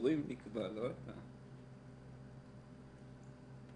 לפעמים אתה מגיש משהו,